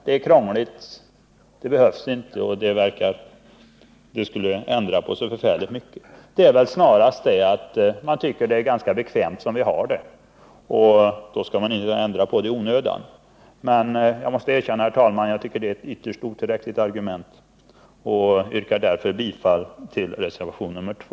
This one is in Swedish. Det är krångligt, det behövs inte, och det skulle ändra på så förfärligt mycket! Man tycker det är ganska bekvämt som man har det, och då skall man inte ändra på det i onödan. Jag tycker det är ett ytterst otillräckligt argument, herr talman, och yrkar därför bifall till reservation nr 2.